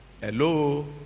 Hello